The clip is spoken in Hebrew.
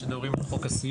עכשיו מדברים על חוק הסיוע,